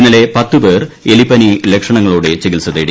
ഇന്നലെ പത്തു പേർ എലിപ്പനി ലക്ഷണങ്ങളോടെ ചികിത്സ തേടി